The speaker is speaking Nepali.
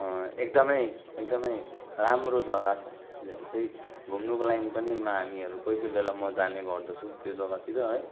एकदमै एकदमै राम्रो जग्गा छ अन्त यसै घुम्नुको लागि पनि मा हामीहरू कोही कोही बेला म जाने गर्दछु त्यो जग्गातिर है